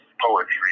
poetry